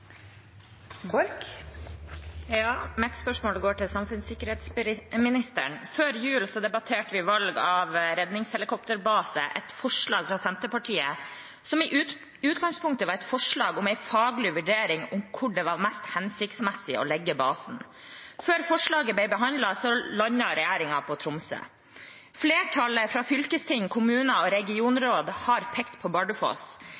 redningshelikopterbase, etter et forslag fra Senterpartiet som i utgangspunktet var et forslag om en faglig vurdering av hvor det var mest hensiktsmessig å legge basen. Før forslaget ble behandlet, landet regjeringen på Tromsø. Flertallet i fylkesting, kommuner og regionråd har pekt på Bardufoss.